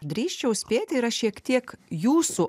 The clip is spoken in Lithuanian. drįsčiau spėti yra šiek tiek jūsų